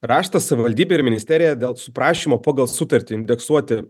raštą savivaldybė ir ministerija dėl prašymo pagal sutartį indeksuoti